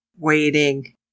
Waiting